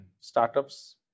startups